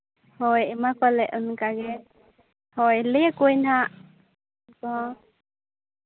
ᱦᱳᱭ ᱮᱢᱟ ᱠᱚᱣᱟᱞᱮ ᱚᱱᱠᱟᱜᱮ ᱦᱳᱭ ᱞᱟᱹᱭ ᱠᱚᱣᱟᱧ ᱦᱟᱸᱜ ᱦᱮᱸ